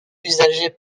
usagers